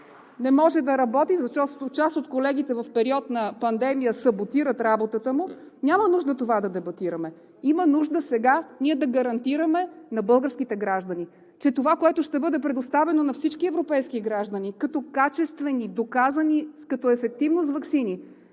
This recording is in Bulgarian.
не може да работи, защото част от колегите в период на пандемия саботират работата му? Няма нужда това да дебатираме! Има нужда сега ние да гарантираме на българските граждани, че това, което ще бъде предоставено на всички европейски граждани, като качествени – доказани като ефективност, ваксини